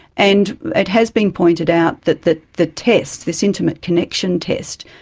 and it has been pointed out that the the test, this intimate connection test,